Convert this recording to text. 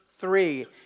three